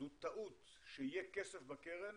זו טעות שיהיה כסף בקרן